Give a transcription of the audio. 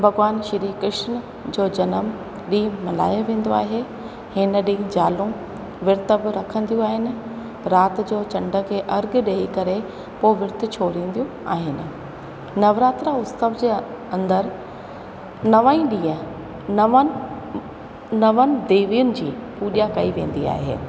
भॻवान श्री कृष्न जो जनम ॾींहुं मल्हायो वेंदो आहे हिन ॾींहुं ज़ालूं विर्त बि रखंदियूं आहिनि राति जो चंड खे अर्ग ॾेई करे पोइ विर्त छोड़ींदियूं आहिनि नवरात्रा उत्सव जे अंदरु नव ई ॾींहं नवनि नवनि देवियुनि जी पूॼा कई वेंदी आहे